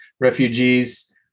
refugees